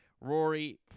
Rory